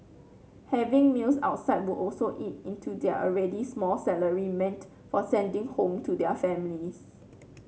having meals outside would also eat into their already small salary meant for sending home to their families